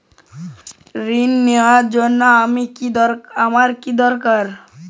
ঋণ নেওয়ার জন্য আমার কী দরকার?